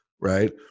right